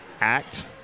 act